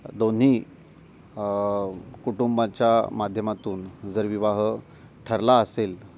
दोन्ही कुटुंबाच्या माध्यमातून जर विवाह ठरला असेल